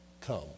come